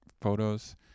photos